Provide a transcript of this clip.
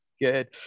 Good